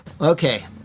Okay